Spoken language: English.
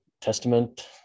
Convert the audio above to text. Testament